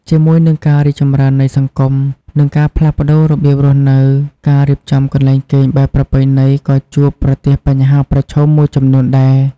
ជាមួយនឹងការរីកចម្រើននៃសង្គម និងការផ្លាស់ប្តូររបៀបរស់នៅ ការរៀបចំកន្លែងគេងបែបប្រពៃណីក៏ជួបប្រទះបញ្ហាប្រឈមមួយចំនួនដែរ។